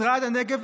משרד הנגב,